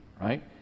right